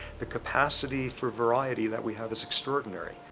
the capacity for variety that we have is extraordinary.